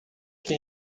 que